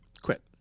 quit